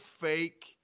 fake